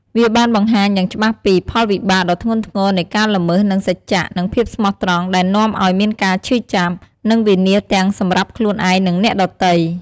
វាបានបង្ហាញយ៉ាងច្បាស់ពី ផលវិបាកដ៏ធ្ងន់ធ្ងរនៃការល្មើសនឹងសច្ចៈ និងភាពស្មោះត្រង់ ដែលនាំឲ្យមានការឈឺចាប់ និងវិនាសទាំងសម្រាប់ខ្លួនឯង និងអ្នកដទៃ។